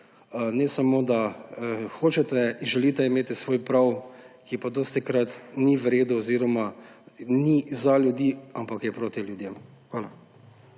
da samo hočete in želite imeti svoj prav, ki pa dostikrat ni v redu oziroma ni za ljudi, ampak je proti ljudem. Hvala.